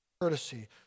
courtesy